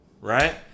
right